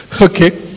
okay